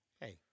Hey